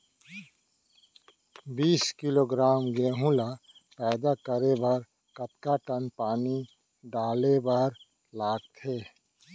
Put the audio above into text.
बीस किलोग्राम गेहूँ ल पैदा करे बर कतका टन पानी डाले ल लगथे?